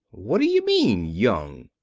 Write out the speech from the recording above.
what d'you mean young?